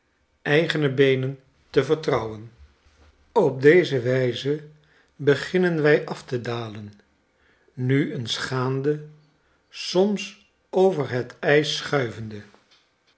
eigene beenen te vertrouwen op die wijze beginnen wij af te dalen nu eens gaande soms over het ijs